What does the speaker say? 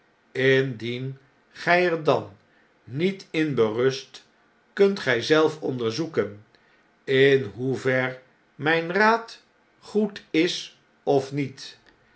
indien gij er dan niet in berust kunt gij zelf onderzoeken in hoever mijn raad goed is of niet